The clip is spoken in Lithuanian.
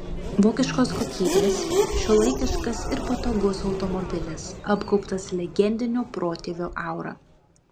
vokiškos kokybės šiuolaikiškas ir patogus automobilis apgaubtas legendinio protėvio aura